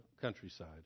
countryside